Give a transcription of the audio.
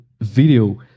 video